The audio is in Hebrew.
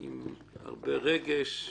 עם הרבה רגש.